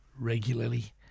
regularly